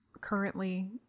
currently